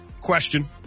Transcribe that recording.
Question